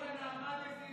קוראים לה נעמה לזימי,